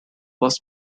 was